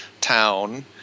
Town